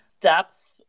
depth